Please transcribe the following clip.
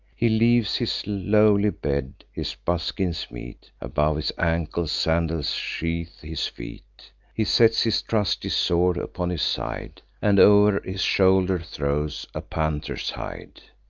he leaves his lowly bed his buskins meet above his ankles sandals sheathe his feet he sets his trusty sword upon his side, and o'er his shoulder throws a panther's hide.